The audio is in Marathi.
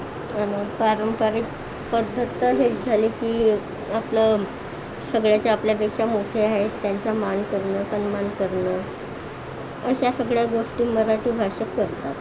आणि पारंपरिक पद्धत तर हेच झाली की आपलं सगळ्यांच्या आपल्यापेक्षा मोठे आहे त्यांचा मान करणं सन्मान करणं अशा सगळ्या गोष्टी मराठी भाषक करतात